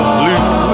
blue